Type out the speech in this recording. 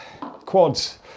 quads